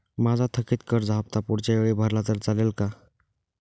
माझा थकीत कर्ज हफ्ता पुढच्या वेळी भरला तर चालेल का?